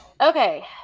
Okay